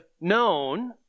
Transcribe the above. known